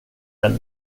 den